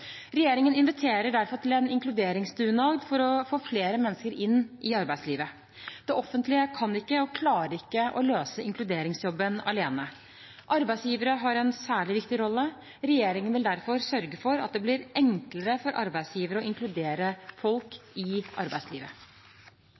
Regjeringen inviterer derfor til en inkluderingsdugnad for å få flere mennesker inn i arbeidslivet. Det offentlige kan ikke og klarer ikke å løse inkluderingsjobben alene. Arbeidsgivere har en særlig viktig rolle. Regjeringen vil derfor sørge for at det blir enklere for arbeidsgivere å inkludere folk